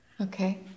okay